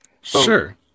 sure